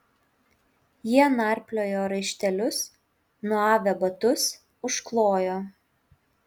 jie narpliojo raištelius nuavę batus užklojo